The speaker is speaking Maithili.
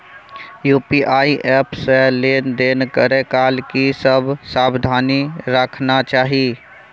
यु.पी.आई एप से लेन देन करै काल की सब सावधानी राखना चाही?